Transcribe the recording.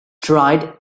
dried